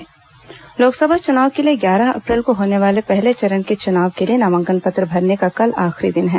लोकसभा चुनाव नामांकन लोकसभा चुनाव के लिए ग्यारह अप्रैल को होने वाले पहले चरण के चुनाव के लिए नामांकन पत्र भरने का कल आखिरी दिन है